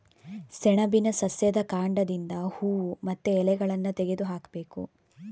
ಸೆಣಬಿನ ಸಸ್ಯದ ಕಾಂಡದಿಂದ ಹೂವು ಮತ್ತೆ ಎಲೆಗಳನ್ನ ತೆಗೆದು ಹಾಕ್ಬೇಕು